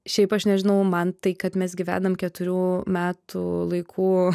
šiaip aš nežinau man tai kad mes gyvenam keturių metų laikų